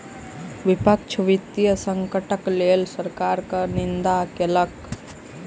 विपक्ष वित्तीय संकटक लेल सरकार के निंदा केलक